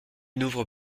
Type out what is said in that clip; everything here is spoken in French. n’ouvre